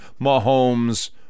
Mahomes